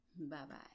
Bye-bye